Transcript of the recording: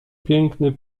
piękny